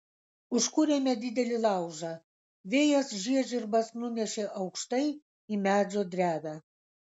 užkūrėme didelį laužą vėjas žiežirbas nunešė aukštai į medžio drevę